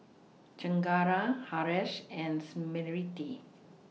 Chengara Haresh and Smriti